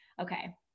Okay